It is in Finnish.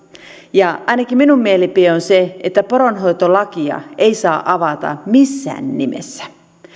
ja ainakin minun mielipiteeni on se että poronhoitolakia ei saa avata missään nimessä